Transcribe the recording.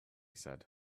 said